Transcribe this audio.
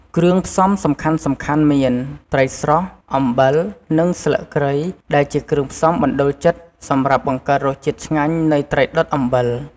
គ្រឿងផ្សំសំខាន់ៗមាន ត្រីស្រស់ អំបិល និងស្លឹកគ្រៃ ដែលជាគ្រឿងផ្សំបណ្ដូលចិត្តសម្រាប់បង្កើតរសជាតិឆ្ងាញ់នៃ ត្រីដុតអំបិល។